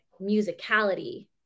musicality